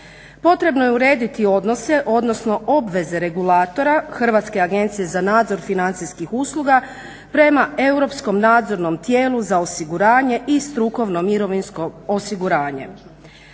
Potrebno je urediti odnose, odnosno obveze regulatora Hrvatske agencije za nadzor financijskih usluga prema europskom nadzornom tijelu za osiguranje i strukovno mirovinsko osiguranje.